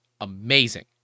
amazing